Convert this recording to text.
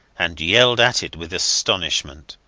and yelled at it with astonishment.